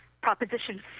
proposition